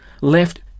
left